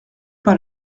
pas